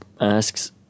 asks